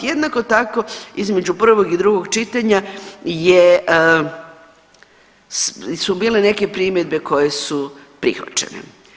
Jednako tako između prvog i drugog čitanja su bile neke primjedbe koje su prihvaćene.